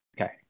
okay